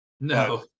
No